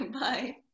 Bye